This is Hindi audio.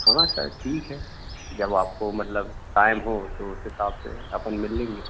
हाँ सर ठीक है जब आपको मतलब टाइम हो तो उस हिसाब से अपन मिल लेंगे